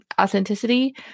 authenticity